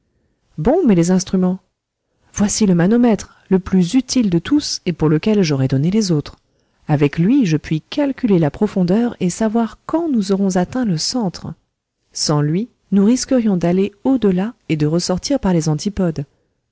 bon mais les instruments voici le manomètre le plus utile de tous et pour lequel j'aurais donné les autres avec lui je puis calculer la profondeur et savoir quand nous aurons atteint le centre sans lui nous risquerions d'aller au delà et de ressortir par les antipodes